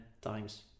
times